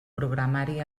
programari